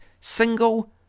Single